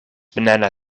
banana